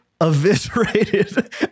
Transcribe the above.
eviscerated